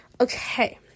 Okay